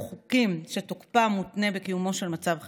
חוקים שתוקפם מותנה בקיומו של מצב החירום,